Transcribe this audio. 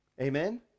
Amen